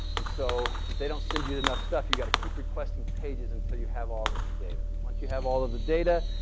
and so, if they don't send you you enough stuff you got to keep requesting pages until you have all of the data. once you have all of the data,